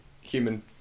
human